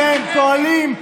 אתם פועלים,